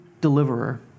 deliverer